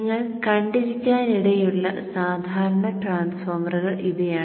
നിങ്ങൾ കണ്ടിരിക്കാനിടയുള്ള സാധാരണ ട്രാൻസ്ഫോർമറുകൾ ഇവയാണ്